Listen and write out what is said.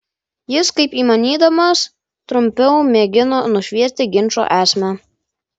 jis kaip įmanydamas trumpiau mėgino nušviesti ginčo esmę